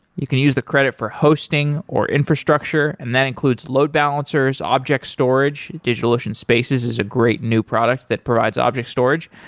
you can use the credit for hosting, or infrastructure, and that includes load balancers, object storage. digitalocean spaces is a great new product that provides object storage,